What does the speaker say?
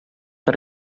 per